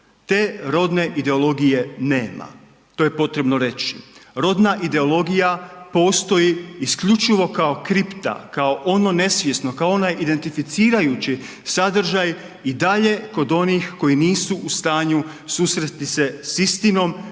Te rodne ideologije nema, to je potrebno reći. Rodna ideologija postoji isključivo kao kripta, kao ono nesvjesno, kao onaj identificirajući sadržaj i dalje kod onih koji nisu u stanju susresti se s istinom, niti povijesnom,